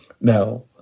Now